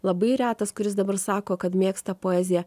labai retas kuris dabar sako kad mėgsta poeziją